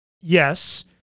yes